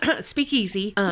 speakeasy